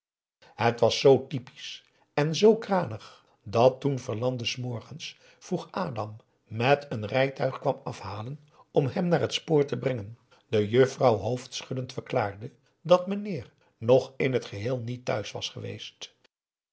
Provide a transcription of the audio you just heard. het was z typisch en z kranig dat toen verlande s morgens vroeg adam met een rijtuig kwam afhalen om hem naar t spoor te brengen de juffrouw hoofdschuddend verklaarde dat meneer nog in t geheel niet thuis was geweest